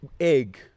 egg